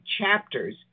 chapters